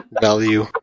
value